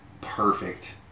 perfect